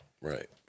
right